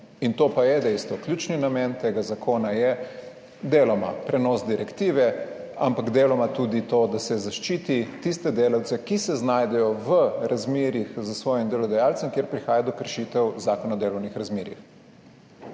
In to pa je dejstvo, ključni namen tega zakona je deloma prenos direktive, ampak deloma tudi to, da se zaščiti tiste delavce, ki se znajdejo v razmerjih s svojim delodajalcem, kjer prihaja do kršitev Zakona o delovnih razmerjih.